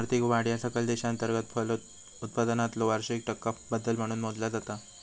आर्थिक वाढ ह्या सकल देशांतर्गत उत्पादनातलो वार्षिक टक्का बदल म्हणून मोजला जाता